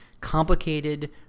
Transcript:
complicated